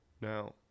Now